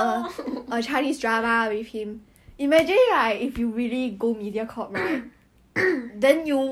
but that will be quite oh my god if I ever get a chance to work with him right I'll be very happy leh